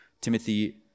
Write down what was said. Timothy